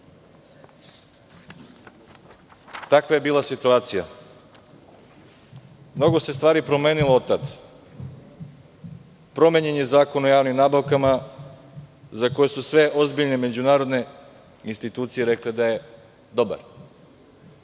Takva je bila situacija. Mnogo se stvari promenilo od tada. Promenjen je Zakon o javnim nabavkama za koji su sve ozbiljne međunarodne institucije rekle da je dobar.